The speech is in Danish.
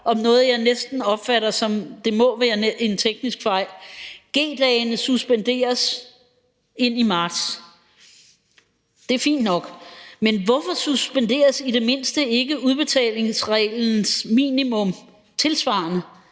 om noget, som jeg næsten opfatter som en teknisk fejl – det må det være. G-dagene suspenderes ind i marts. Det er fint nok, men hvorfor suspenderes i det mindste ikke udbetalingsreglens minimum tilsvarende?